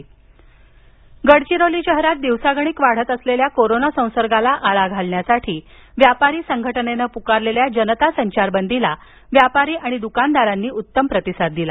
संचारबंदी गडचिरोली गडचिरोली शहरात दिवसागणित वाढत चाललेल्या कोरोना संसर्गाला आळा घालण्यासाठी व्यापारी संघटनेनं पुकारलेल्या जनता संचारबंदीला व्यापारी आणि दुकानदारांनी उत्तम प्रतिसाद दिला